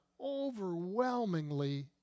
overwhelmingly